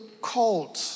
called